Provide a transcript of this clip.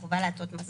או חובה לעטות מסכות.